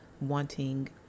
wanting